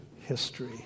history